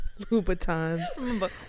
Louboutins